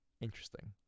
interesting